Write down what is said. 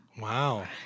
Wow